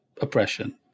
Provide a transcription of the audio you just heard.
oppression